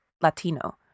Latino